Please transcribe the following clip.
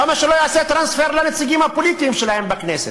למה שלא יעשה טרנספר לנציגים הפוליטיים שלהם בכנסת?